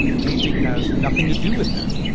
painting has nothing to do with that.